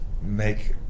make